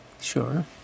Sure